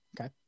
Okay